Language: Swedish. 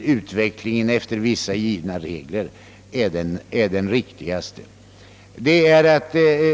utveckling efter vissa givna regler är den riktiga.